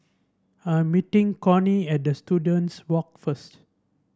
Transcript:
I'm meeting Cornie at the Students Walk first